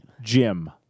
Jim